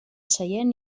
seient